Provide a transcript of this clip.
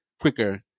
quicker